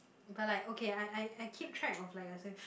but like okay I I I keep track of like the same